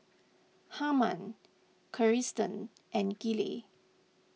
Harman Kirsten and Gillie